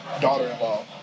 Daughter-in-law